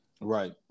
right